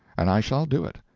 and i shall do it.